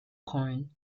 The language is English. corn